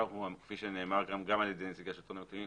כפי שנאמר גם על ידי נציגי השלטון המקומי,